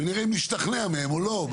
ונראה אם נשתכנע מהן או לא,